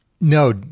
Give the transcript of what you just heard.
no